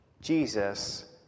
Jesus